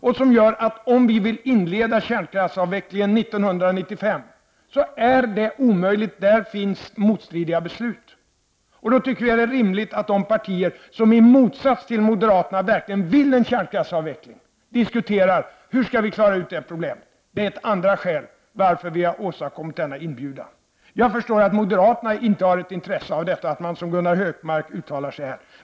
Det innebär att om vi vill inleda kärnkraftsavvecklingen 1995 är det omöjligt; det finns motstridiga beslut. Då tycker vi att det är rimligt att de partier som i motsats till moderaterna verkligen vill ha en kärnkraftsavveckling diskuterar hur vi skall klara ut detta problem. Det är ett andra skäl till att vi har utfärdat denna inbjudan. Jag förstår att moderaterna inte har ett intresse av detta, att man uttalar sig som Gunnar Hökmark gjorde här.